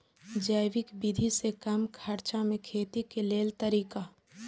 जैविक विधि से कम खर्चा में खेती के लेल तरीका?